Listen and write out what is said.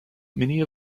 many